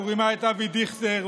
הוא רימה את אבי דיכטר,